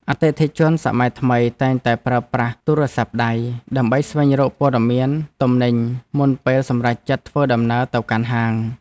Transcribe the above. អតិថិជនសម័យថ្មីតែងតែប្រើប្រាស់ទូរស័ព្ទដៃ ដើម្បីស្វែងរកព័ត៌មានទំនិញមុនពេលសម្រេចចិត្តធ្វើដំណើរទៅកាន់ហាង។